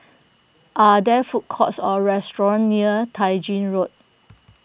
are there food courts or restaurants near Tai Gin Road